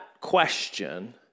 question